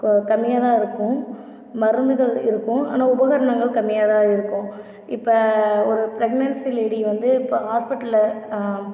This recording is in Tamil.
கம்மியாதான் இருக்கும் மருந்து இருக்கும் ஆனால் உபகரணங்கள் கம்மியா தான் இருக்கும் இப்போ ஒரு பிரக்னன்சி லேடி வந்து இப்போ ஹாஸ்பிடலில்